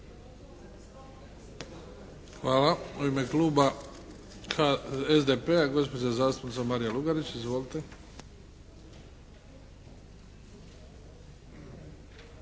Hvala. U ime Kluba SDP-a gospođa zastupnica Marija Lugarić. Izvolite.